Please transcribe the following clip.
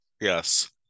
Yes